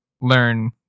learn